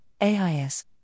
AIS